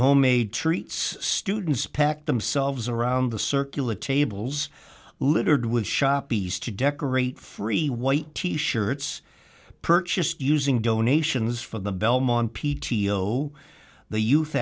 homemade treats students packed themselves around the circular tables littered with shop ease to decorate free white t shirts purchased using donations for the belmont p t o the youth